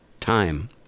time